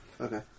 Okay